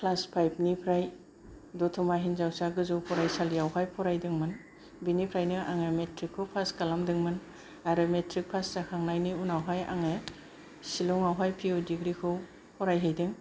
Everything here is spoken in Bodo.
क्लास फाइभ निफ्राय दतमा हिनजावसा गोजौ फरायसालियावहाय फरायदोंमोन बेनिफ्रायनो आङो मेट्रिक खौ पास खालामदोंमोन आरो मेट्रिक पास जाखांनायनि उनावहाय आङो शिलं आवहाय पिइउ दिग्री खौ फरायहैदों